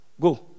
Go